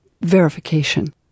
verification